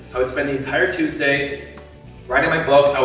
i would spend the entire tuesday writing my book.